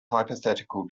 hypothetical